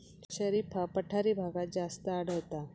शरीफा पठारी भागात जास्त आढळता